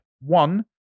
One